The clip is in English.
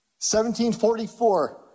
1744